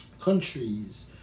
countries